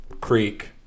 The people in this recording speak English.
Creek